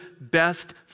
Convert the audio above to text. best